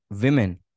women